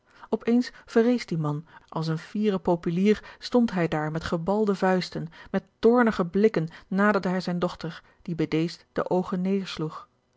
eens verrees die man als een fiere populier stond hij daar met gebalde vuisten met toornige blikken naderde hij zijne dochter die bedeesd de oogen